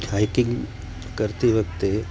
hiking કરતી વખતે